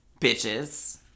Bitches